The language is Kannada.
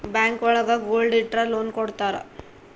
ಬ್ಯಾಂಕ್ ಒಳಗ ಗೋಲ್ಡ್ ಇಟ್ರ ಲೋನ್ ಕೊಡ್ತಾರ